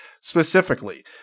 Specifically